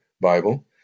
Bible